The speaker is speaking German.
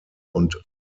und